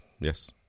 Yes